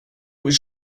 was